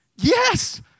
Yes